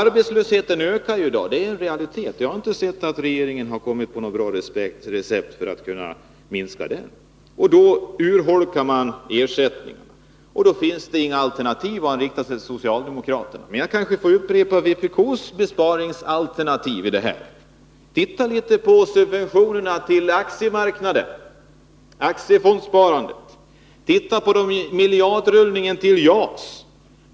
Arbetslösheten ökar i dag. Det är en realitet. Jag har inte sett att regeringen har kommit på något bra recept för att minska den. Samtidigt urholkas ersättningen. Då finns inget godtagbart alternativ, i varje fall inte socialdemokraternas. Men jag kanske får upprepa vpk:s besparingsalternativ när det gäller finansieringen: Titta litet på subventionerna när det gäller aktiefondssparandet. Titta på miljardrullningen till JAS.